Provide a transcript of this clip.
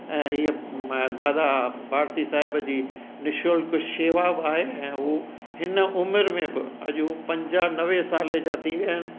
ऐं हीउ दादा भारती साहिब जी निशुल्क शेवा बि आहे ऐं हू हिन उमिरि में बि अॼु उहे पंजानवे साल जा थी विया आहिनि